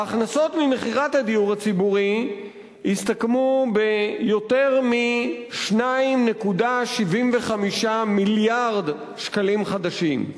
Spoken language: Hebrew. ההכנסות ממכירת הדיור הציבורי הסתכמו ביותר מ-2.75 מיליארד שקלים חדשים.